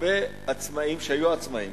הרבה עצמאים שהיו עצמאים